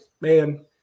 man